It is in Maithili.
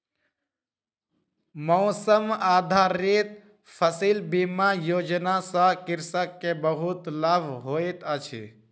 मौसम आधारित फसिल बीमा योजना सॅ कृषक के बहुत लाभ होइत अछि